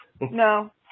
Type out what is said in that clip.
No